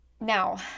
Now